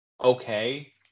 okay